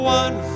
one